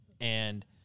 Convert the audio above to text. and-